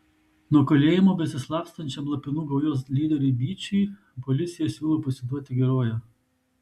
nuo kalėjimo besislapstančiam lapinų gaujos lyderiui byčiui policija siūlo pasiduoti geruoju